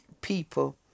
people